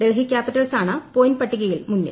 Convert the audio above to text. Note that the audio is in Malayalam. ഡൽഹി ക്യാപ്പിറ്റൽസാണ് പോയിന്റ പട്ടികയിൽ മുന്നിൽ